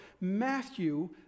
Matthew